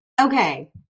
Okay